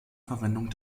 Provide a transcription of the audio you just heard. verwendung